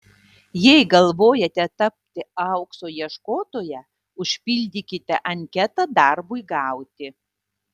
jei galvojate tapti aukso ieškotoja užpildykite anketą darbui gauti